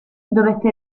dovette